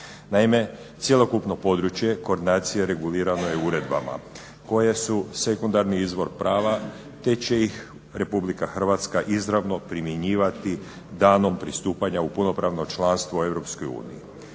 Naime, cjelokupno područje koordinacije regulirano je uredbama koje su sekundarni izvor prava te će ih Republika Hrvatska izravno primjenjivati danom pristupanja u punopravno članstvo u